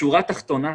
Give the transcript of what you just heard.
בשורה התחתונה,